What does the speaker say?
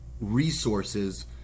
resources